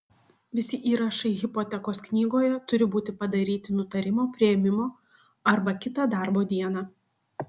visi įrašai hipotekos knygoje turi būti padaryti nutarimo priėmimo arba kitą darbo dieną